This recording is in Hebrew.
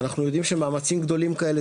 ואנחנו יודעים שמאמצים גדולים כאלה,